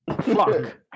Fuck